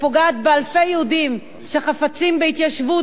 שפוגעת באלפי יהודים שחפצים בהתיישבות,